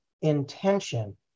intention